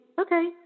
Okay